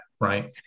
right